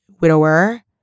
widower